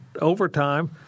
overtime